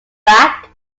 back